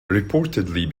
reportedly